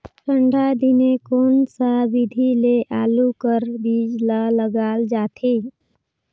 ठंडा दिने कोन सा विधि ले आलू कर बीजा ल लगाल जाथे?